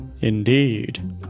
Indeed